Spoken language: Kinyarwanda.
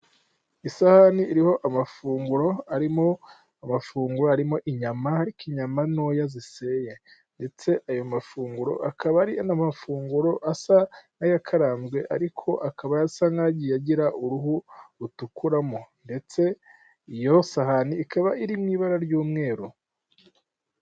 Isahani iriho amafunguro arimo amafunguro arimo inyama ariko inyama ntoya ziseye ndetse ayo mafunguro akaba ari n'amafunguro asa n'ayakaranzwe ariko akaba asa nk'ayagiye agira uruhu rutukura mo ndetse iyo sahani ikaba iri mu ibara ry'umweru.